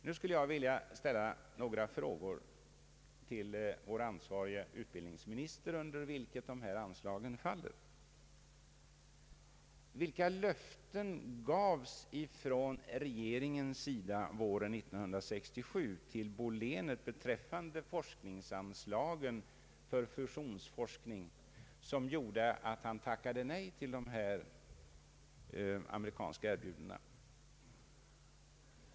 Nu vill jag fråga vår ansvarige utbildningsminister, eftersom dessa anslag faller under utbildningsdepartementet: Vilka löften gavs från regeringens sida våren 1967 till Bo Lehnert beträffande forskningsanslagen för fusionsforskningen, som gjorde att han tackade nej till de amerikanska erbjudandena?